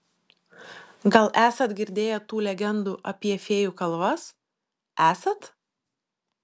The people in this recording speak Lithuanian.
gal esat girdėję tų legendų apie fėjų kalvas esat